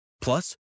Plus